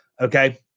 Okay